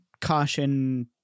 caution